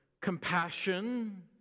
compassion